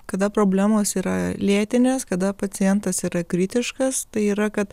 kada problemos yra lėtinės kada pacientas yra kritiškas tai yra kad